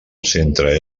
centre